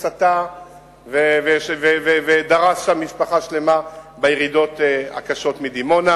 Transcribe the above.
שסטה ודרס משפחה שלמה בירידות הקשות מדימונה,